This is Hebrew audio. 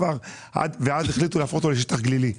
אז החליטו להפוך אותו לשטח גלילי.